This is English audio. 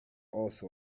also